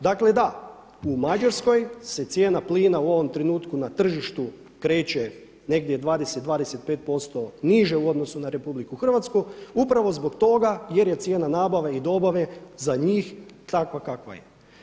Dakle, da, u Mađarskoj se cijena plina u ovom trenutku na tržištu kreće negdje 20, 25% niže u odnosu na RH upravo zbog toga jer je cijena nabave i dobave za njih takva kakva je.